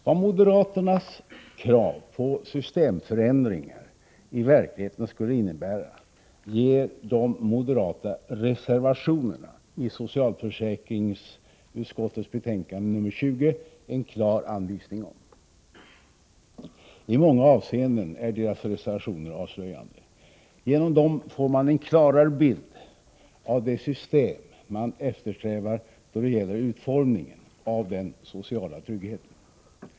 Vad moderaternas krav på systemförändringar i verkligheten skulle innebära ger de moderata reservationerna i socialförsäkringsutskottets betänkande nr 20 en klar anvisning om. I många avseenden är deras reservationer avslöjande. Genom dem får vi en klarare bild av det system som man eftersträvar då det gäller utformningen av den sociala tryggheten.